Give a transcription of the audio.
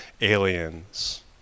aliens